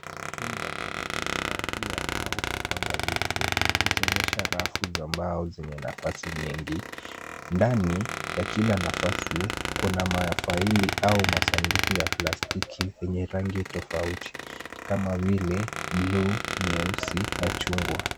Chumba cha kuhifadhia au kupanga vitu ikionyesha rafu za mbao zenye nafasi nyingi. Ndani ya kila nafasi kuna mafaili au masanduku ya plastiki yenye rangi ya tofauti kama vile buluu, nyeusi na chungwa.